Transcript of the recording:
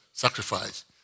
sacrifice